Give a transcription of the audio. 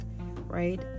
Right